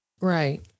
Right